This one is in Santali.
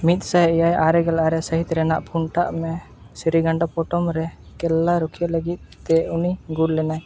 ᱢᱤᱫ ᱥᱟᱭ ᱮᱭᱟᱭ ᱟᱨᱮ ᱜᱮᱞ ᱟᱨᱮ ᱥᱟᱹᱦᱤᱛ ᱨᱮᱱᱟᱜ ᱯᱩᱱ ᱴᱟᱜ ᱢᱮ ᱥᱮᱨᱤᱜᱟᱱᱰᱟ ᱯᱚᱴᱚᱢ ᱨᱮ ᱠᱮᱞᱞᱟ ᱨᱩᱠᱷᱭᱟᱹ ᱞᱟᱹᱜᱤᱫ ᱛᱮ ᱩᱱᱤ ᱜᱩᱨ ᱞᱮᱱᱟᱭ